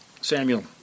Samuel